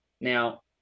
Now